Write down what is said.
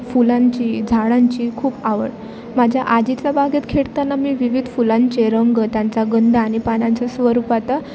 फुलांची झाडांची खूप आवड माझ्या आजीतल्या बागेत खेळताना मी विविध फुलांचे रंग त्यांचा गंध आणि पानांचं स्वरूपात